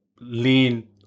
lean